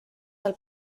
del